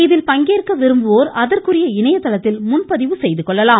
இதில் பங்கேற்க விரும்புவோர் அதற்குரிய இணையதளத்தில் முன்பதிவு செய்து கொள்ளலாம்